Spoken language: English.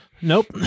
Nope